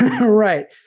Right